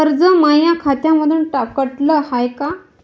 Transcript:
कर्ज माया खात्यामंधून कटलं हाय का?